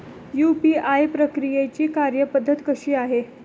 UPI प्रक्रियेची कार्यपद्धती कशी आहे?